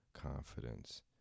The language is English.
confidence